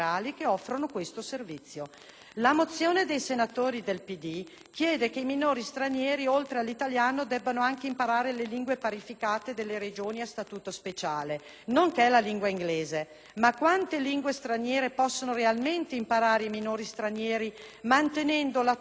La mozione dei senatori del Partito Democratico chiede che i minori stranieri, oltre all'italiano, debbano anche imparare le lingue parificate delle Regioni a Statuto speciale, nonché la lingua inglese. Ma quante lingue straniere possono realmente imparare i minori stranieri, mantenendo l'attuale organizzazione scolastica,